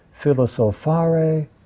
philosophare